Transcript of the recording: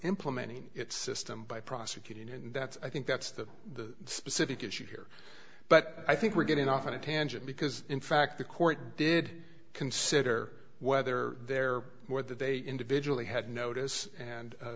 implementing its system by prosecuting it and that's i think that's the the specific issue here but i think we're getting off on a tangent because in fact the court did consider whether there are more that they individually had notice and